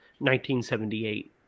1978